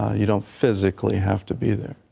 you don't physically have to be there.